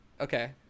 Okay